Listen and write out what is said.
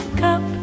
cup